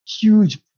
huge